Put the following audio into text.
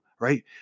Right